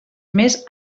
més